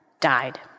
died